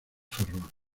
ferrol